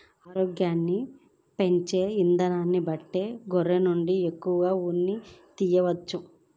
ఆరోగ్యంగా పెంచే ఇదానాన్ని బట్టే గొర్రెల నుంచి ఎక్కువ ఉన్నిని తియ్యవచ్చు